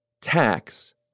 tax